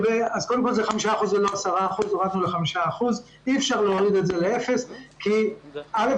קודם כול זה 5% ולא 10%. הורדנו ל- 5%. אי אפשר להוריד זאת ל-0 כי א',